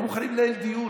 לא מוכנים לנהל דיון.